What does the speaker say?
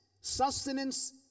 sustenance